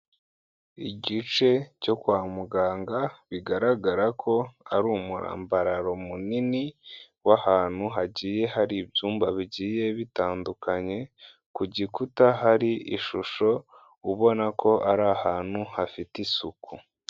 iIgice cyo kwa muganga bigaragara ko ari umurambararo munini w'ahantutu hagiye hari ibyumba bigiye bitandukanye, ku gikuta hari ishusho ubona ko ari ahantu hafite isuku.